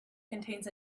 contains